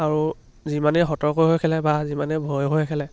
আৰু যিমানেই সতৰ্ক হৈ খেলে বা যিমানে ভয়ে ভয়ে খেলে